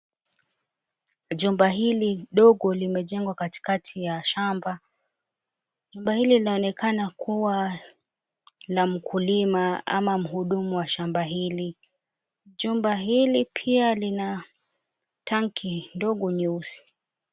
Jumba hili dogo limejengwa katikati ya shamba. Jumba hili linaonekana kuwa na mkulima ama mhudumu wa shamba hili. Chumba hili pia lina tanki dogo nyeusi.